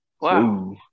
Wow